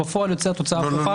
בפועל יוצאת תוצאה הפוכה.